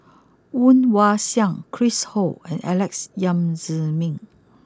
Woon Wah Siang Chris Ho and Alex Yam Ziming